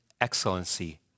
excellency